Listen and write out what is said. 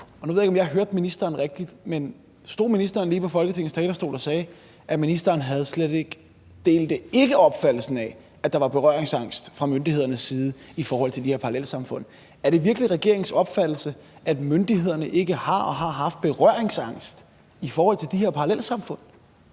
nu ved jeg ikke, om jeg hørte ministeren rigtigt, men stod ministeren lige på Folketingets talerstol og sagde, at ministeren slet ikke delte opfattelsen af, at der var berøringsangst fra myndighedernes side i forhold til de her parallelsamfund? Er det virkelig regeringens opfattelse, at myndighederne ikke har og har haft berøringsangst i forhold til de her parallelsamfund?